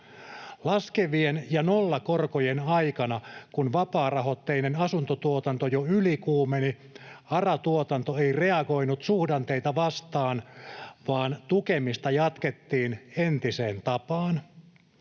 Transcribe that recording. Laskevien ja nollakorkojen aikana, kun vapaarahoitteinen asuntotuotanto jo ylikuumeni, ARA-tuotanto ei reagoinut suhdanteita vastaan, vaan tukemista jatkettiin entiseen tapaan.